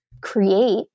create